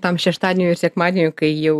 tam šeštadieniui ir sekmadieniui kai jau